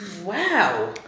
Wow